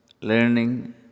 learning